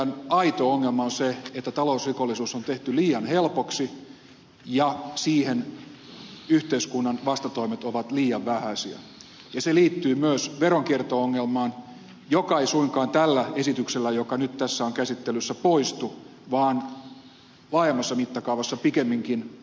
meidän aito ongelmamme on se että talousrikollisuus on tehty liian helpoksi ja siihen yhteiskunnan vastatoimet ovat liian vähäisiä ja se liittyy myös veronkierto ongelmaan joka ei suinkaan tällä esityksellä joka nyt tässä on käsittelyssä poistu vaan laajemmassa mittakaavassa pikemminkin pahenee